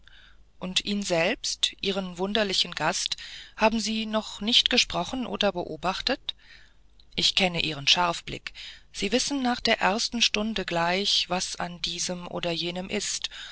und ihn selbst ihren wunderlichen gast haben sie noch nicht gesprochen oder beobachtet ich kenne ihren scharfblick sie wissen nach der ersten stunde gleich was an diesem oder jenem ist